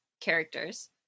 characters